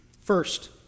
First